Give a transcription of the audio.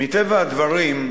מטבע הדברים,